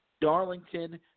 Darlington